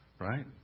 Right